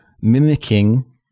mimicking